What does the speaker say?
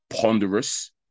ponderous